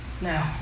No